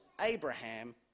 Abraham